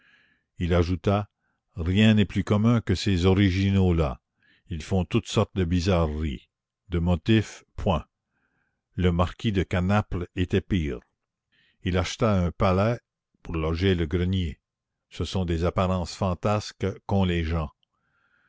il ajouta rien n'est plus commun que ces originaux là ils font toutes sortes de bizarreries de motif point le marquis de canaples était pire il acheta un palais pour loger dans le grenier ce sont des apparences fantasques qu'ont les gens